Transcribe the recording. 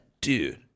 Dude